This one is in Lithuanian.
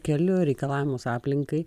keliu reikalavimus aplinkai